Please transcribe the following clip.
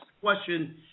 question